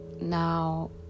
now